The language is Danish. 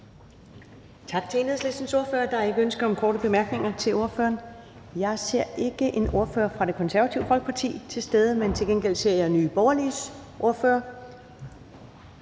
Tak til Enhedslistens ordfører. Der er ikke ønske om korte bemærkninger til ordføreren. Jeg ser ikke en ordfører fra Det Konservative Folkeparti være til stede, men til gengæld ser jeg Nye Borgerliges ordfører